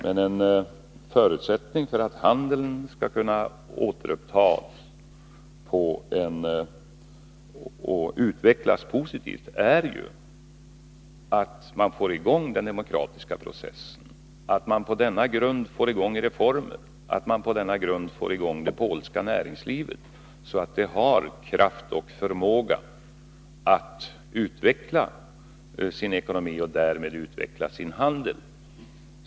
Men en förutsättning för att handeln skall kunna återupptas och utvecklas positivt är ju att man får i gång den demokratiska processen, att man på denna grund får i gång reformer och att man på denna grund får i gång det polska näringslivet, så att Polen får kraft och förmåga att utveckla sin ekonomi och därmed utveckla sin handel.